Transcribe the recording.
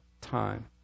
time